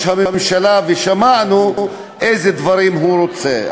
הממשלה ושמענו איזה דברים הוא רוצה.